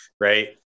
Right